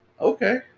okay